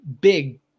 big